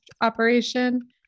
operation